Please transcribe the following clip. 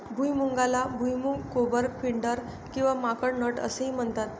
भुईमुगाला भुईमूग, गोबर, पिंडर किंवा माकड नट असेही म्हणतात